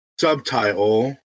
subtitle